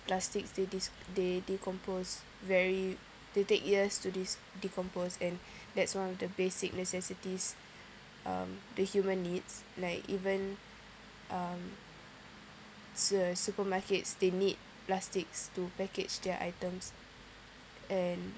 plastic they dis~ they decompose very they take years to dis~ decomposed and that's one of the basic necessities um the human needs like even um su~ supermarkets they need plastics to package their items and